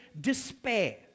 despair